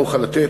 לא אוכל לתת,